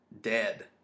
dead